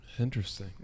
interesting